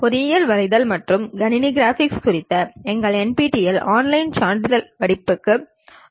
பொறியியல் வரைதல் மற்றும் கணினி கிராபிக்ஸ் குறித்த எங்கள் NPTEL ஆன்லைன் சான்றிதழ் படிப்புகளுக்கு வருக